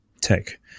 tech